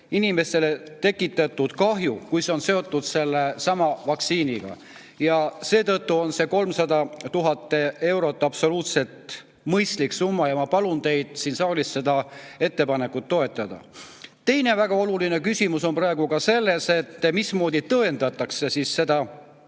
kui see [kahju] on seotud sellesama vaktsiiniga. Seetõttu on see 300 000 eurot absoluutselt mõistlik summa ja ma palun teid siin saalis seda ettepanekut toetada. Teine väga oluline küsimus on praegu selles, mismoodi tõendatakse siis seda,